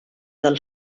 del